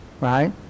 Right